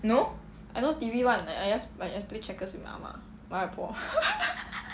no I no T_V [one] like I just play checkers with my 阿嫲 my 外婆